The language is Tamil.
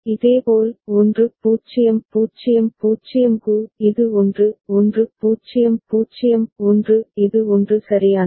இதேபோல் 1 0 0 0 க்கு இது 1 1 0 0 1 இது 1 சரியானது